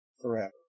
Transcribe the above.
forever